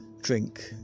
drink